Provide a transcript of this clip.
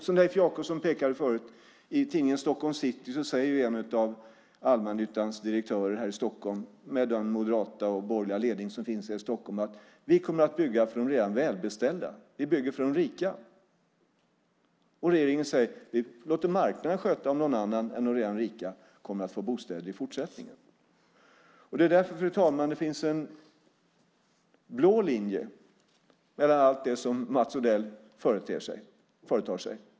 Som Leif Jakobsson pekade på förut säger en av allmännyttans direktörer här i Stockholm med dess moderata och borgerliga ledning i tidningen Stockholm City: Vi kommer att bygga för de redan välbeställda. Vi bygger för de rika. Och regeringen säger: Vi låter marknaden avgöra om någon annan än de redan rika kommer att få bostäder i fortsättningen. Det är därför, fru talman, som det finns en blå linje mellan allt det som Mats Odell företar sig.